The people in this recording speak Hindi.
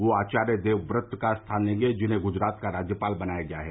वह आचार्य देवव्रत का स्थान लेंगे जिन्हें गुजरात का राज्यपाल बनाया गया है